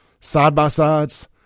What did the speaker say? side-by-sides